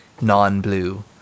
non-blue